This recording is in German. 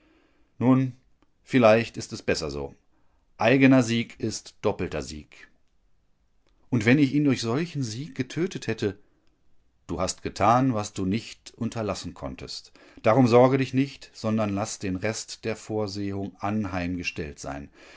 nun vielleicht ist es besser so eigener sieg ist doppelter sieg und wenn ich ihn durch solchen sieg getötet hättet du hast getan was du nicht unterlassen konntest darum sorge dich nicht sondern laß den rest der vorsehung anheimgestellt sein